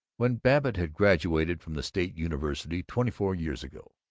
when babbitt had graduated from the state university, twenty-four years ago,